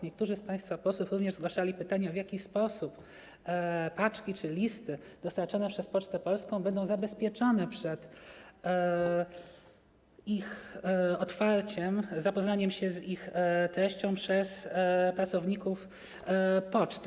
Niektórzy z państwa posłów również zadawali pytania, w jaki sposób paczki czy listy dostarczane przez Pocztę Polską będą zabezpieczane przed ich otwarciem oraz zapoznaniem się z ich zawartością przez pracowników poczty.